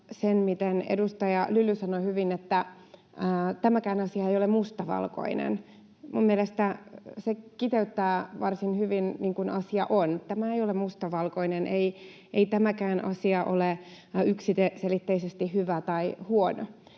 edustaja Lyly sanoi hyvin, että tämäkään asia ei ole mustavalkoinen. Minun mielestäni se kiteyttää varsin hyvin sen, niin kuin asia on: tämä ei ole mustavalkoinen. Ei tämäkään asia ole yksiselitteisesti hyvä tai huono.